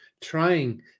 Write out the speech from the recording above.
trying